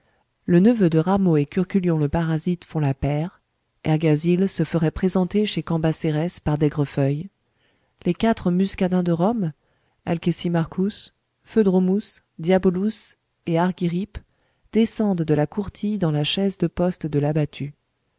le neveu de rameau et curculion le parasite font la paire ergasile se ferait présenter chez cambacérès par d'aigrefeuille les quatre muscadins de rome alcesimarchus phoedromus diabolus et argirippe descendent de la courtille dans la chaise de poste de